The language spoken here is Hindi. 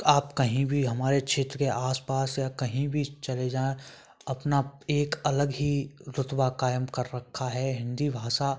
आप कहीं भी हमारे क्षेत्र के आसपास या कहीं भी चले जाएँ अपना एक अलग ही रुतबा कायम कर रखा है हिंदी भाषा